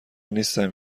نیستم